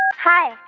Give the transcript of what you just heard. hi.